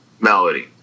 melody